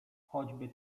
choćby